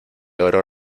oro